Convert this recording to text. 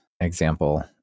example